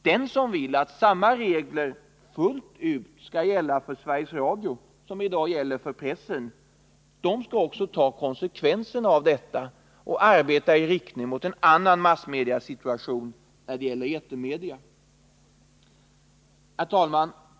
Den som vill att samma regler som i dag gäller för pressen fullt ut skall gälla för Sveriges Radio bör ta konsekvenserna av detta och arbeta i riktning mot en annan situation när det gäller etermedia. Herr talman!